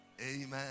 amen